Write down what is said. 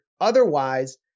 Otherwise